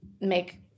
make